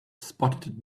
spotted